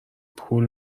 پول